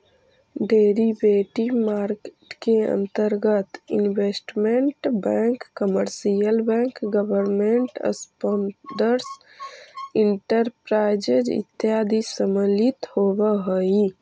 derivative market के अंतर्गत investment bank commercial bank government sponsored enterprises इत्यादि सम्मिलित होवऽ हइ